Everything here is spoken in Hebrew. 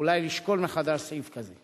אולי לשקול מחדש סעיף כזה.